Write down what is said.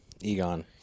Egon